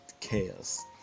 chaos